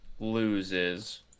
Loses